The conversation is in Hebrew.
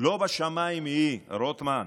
לא בשמיים היא, רוטמן,